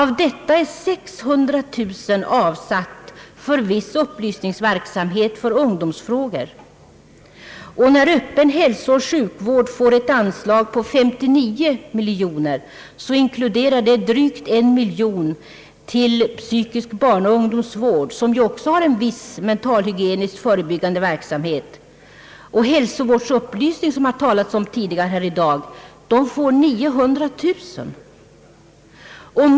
Av detta är 600 000 kronor avsatt för viss upplysningsverksamhet för ungdomsfrågor, och när Öppen hälsooch sjukvård får ett anslag på 59 miljoner kronor inkluderar det drygt 1 miljon kronor till psykisk barnoch ungdomsvård, som också har en viss mentalhygieniskt förebyggande verksamhet, medan hälsovårdsupplysning, som har talats om tidigare i dag, får 900000 kronor.